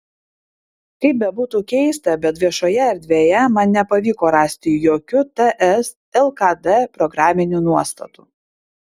kaip bebūtų keista bet viešoje erdvėje man nepavyko rasti jokių ts lkd programinių nuostatų